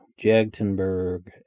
Jagtenberg